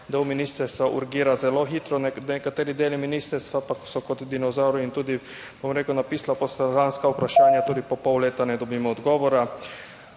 Del ministrstva urgira zelo hitro, nekateri deli ministrstva pa so kot dinozavri in tudi, bom rekel, napisala poslanska vprašanja, tudi po pol leta ne dobimo odgovora.